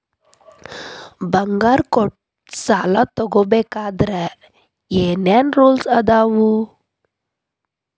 ಬಂಗಾರ ಕೊಟ್ಟ ಸಾಲ ತಗೋಬೇಕಾದ್ರೆ ಏನ್ ಏನ್ ರೂಲ್ಸ್ ಅದಾವು?